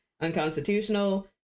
unconstitutional